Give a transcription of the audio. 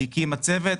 היא הקימה צוות,